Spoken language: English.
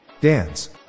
Dance